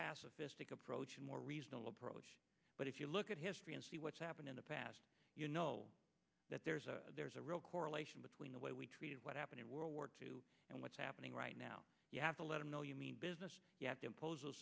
pacifistic approach and more reasonable approach but if you look at history and see what's happened in the past you know that there's a there's a real correlation between the way we treated what happened in world war two and what's happening right now you have to let them know you mean business you have to impose